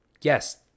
yes